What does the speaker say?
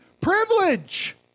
privilege